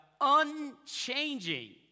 unchanging